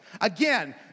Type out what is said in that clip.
Again